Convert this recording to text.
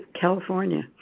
California